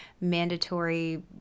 mandatory